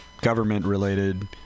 government-related